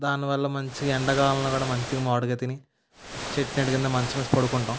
దానివల్ల మంచి ఎండాకాలంలో కూడా మంచిగా మామిడికాయ తిని చెట్టు నీడ కింద మంచం వేసుకొని పడుకుంటాము